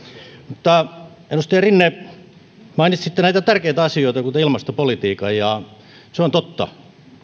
mutta edustaja rinne mainitsitte näitä tärkeitä asioita kuten ilmastopolitiikan ja se on totta